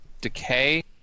decay